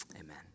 Amen